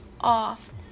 off